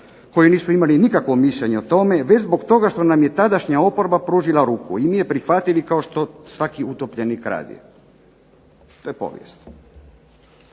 koji nisu imali nikakvo mišljenje o tome, već zbog toga što nam je tadašnja oporba pružila ruku i mi je prihvatili kao što svaki utopljenik radi. To je povijest.